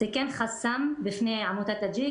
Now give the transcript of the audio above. זה כן חסם בפני עמותת "אג'יק",